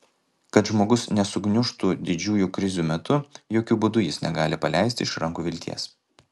kad žmogus nesugniužtų didžiųjų krizių metu jokiu būdu jis negali paleisti iš rankų vilties